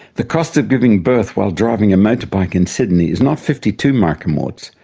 the cost of giving birth while driving a motor bike in sydney is not fifty two micromorts,